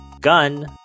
Gun